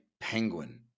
penguin